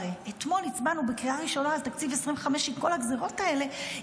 הרי אתמול הצבענו בקריאה הראשונה על תקציב 2025 עם כל הגזרות האלה,